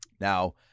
Now-